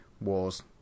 Wars